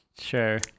sure